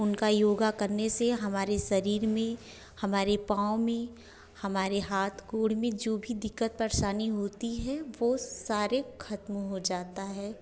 उनका योगा करने से हमारे शरीर में हमारे पाँव में हमारे हाथ में जो भी दिक़्क़त परेशानी होती है वो सारे ख़त्म हो जाता है